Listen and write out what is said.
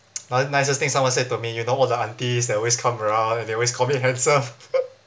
ni~ nicest thing someone said to me you know all the aunties that always come around they always call me handsome